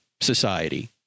society